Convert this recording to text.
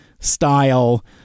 style